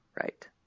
Right